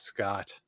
Scott